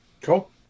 Cool